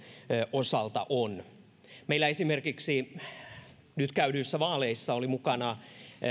osalta on esimerkiksi juuri käydyissä vaaleissa meillä oli mukana